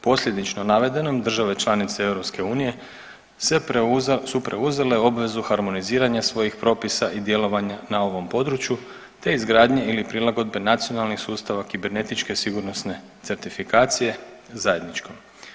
Posljedično navedenom države članice EU su preuzele obvezu harmoniziranja svojih propisa i djelovanja na ovom području, te izgradnje ili prilagodbe nacionalnih sustava kibernetičke sigurnosne certifikacije zajedničkom.